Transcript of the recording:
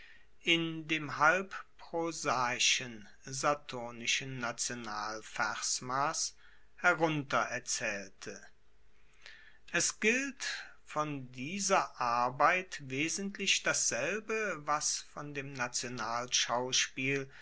in dem halb prosaischen saturnischen national versmass herunter erzaehlte es gilt von dieser arbeit wesentlich dasselbe was von dem